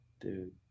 Dude